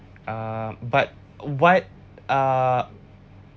uh but what uh